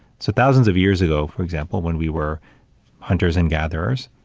so, thousands of years ago, for example, when we were hunters and gatherers,